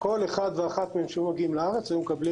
כל אחד ואחת מהם שהיו מגיעים לארץ היו מקבלים